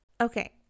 Okay